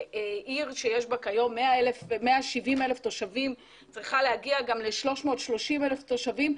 עיר שיש בה כיום 170,000 תושבים צריכה להגיע גם ל-330,000 תושבים,